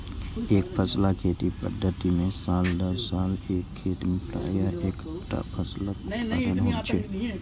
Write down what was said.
एकफसला खेती पद्धति मे साल दर साल एक खेत मे प्रायः एक्केटा फसलक उत्पादन होइ छै